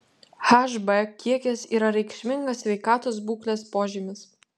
hb kiekis yra reikšmingas sveikatos būklės požymis